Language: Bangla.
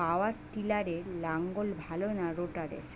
পাওয়ার টিলারে লাঙ্গল ভালো না রোটারের?